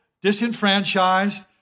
disenfranchised